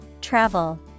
Travel